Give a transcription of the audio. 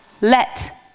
Let